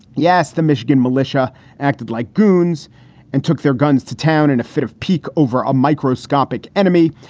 yes. the michigan militia acted like goons and took their guns to town in a fit of pique over a microscopic enemy.